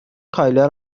کایلا